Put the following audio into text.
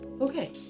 okay